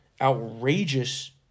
outrageous